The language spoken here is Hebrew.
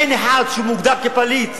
אין אחד שמוגדר פליט,